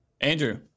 Andrew